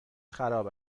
خراب